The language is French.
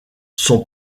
sont